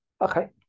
Okay